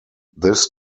this